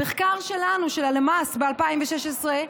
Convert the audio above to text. המחקר שלנו, של הלמ"ס, ב-2016,